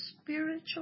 spiritual